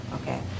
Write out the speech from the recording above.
Okay